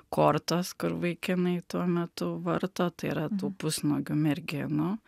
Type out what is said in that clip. kortos kur vaikinai tuo metu varto tai yra tų pusnuogių merginų